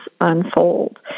unfold